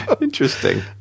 interesting